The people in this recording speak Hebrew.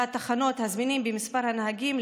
התחנות הזמינות ומספר הנהגים.